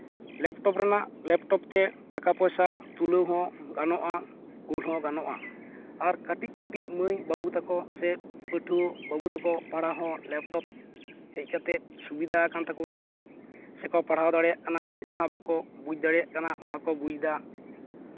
laptop ᱨᱮᱱᱟᱜ laptop ᱛᱮ ᱴᱟᱠᱟ ᱯᱚᱭᱥᱟ ᱛᱩᱞᱟᱹᱣ ᱦᱚᱸ ᱜᱟᱱᱚᱜᱼᱟ ᱠᱩᱞ ᱦᱚᱸ ᱜᱟᱱᱚᱜᱼᱟ ᱟᱨ ᱠᱟᱹᱴᱤᱡ ᱠᱟᱹᱴᱤᱡ ᱢᱟᱹᱭ ᱵᱟᱹᱵᱩ ᱛᱟᱠᱚ ᱥᱮ ᱯᱟᱹᱴᱷᱩᱣᱟᱹ ᱵᱟᱹᱵᱩ ᱛᱟᱠᱚ ᱯᱟᱲᱦᱟᱜ ᱦᱚᱸ ᱞᱮᱯᱴᱚᱯ ᱦᱮᱡ ᱠᱟᱛᱮᱫ ᱥᱩᱵᱤᱫᱷᱟ ᱟᱠᱟᱱ ᱛᱟᱠᱚᱣᱟ ᱥᱮᱠᱚ ᱯᱟᱲᱦᱟᱣ ᱫᱟᱲᱮᱭᱟᱜ ᱠᱟᱱᱟ ᱡᱟᱦᱟᱸ ᱵᱟᱠᱚ ᱵᱩᱡᱽ ᱫᱟᱲᱮᱭᱟᱜ ᱠᱟᱱᱟ ᱚᱱᱟ ᱠᱚ ᱵᱩᱡᱽᱫᱟ